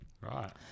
Right